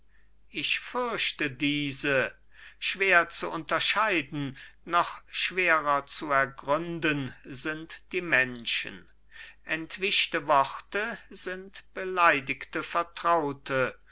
ich fürchte diese schwer zu unterscheiden noch schwerer zu ergründen sind die menschen entwischte worte sind beleidigte vertraute